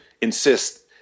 insist